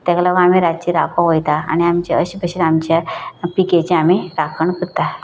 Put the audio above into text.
ताका लागो आमी रातची राको वयता आनी आमचे अशे कशे आमचे पिकेचे आमी राखण करता